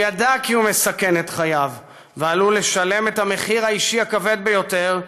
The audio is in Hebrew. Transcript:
הוא ידע כי הוא מסכן את חייו ועלול לשלם את המחיר האישי הכבד ביותר,